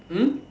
hmm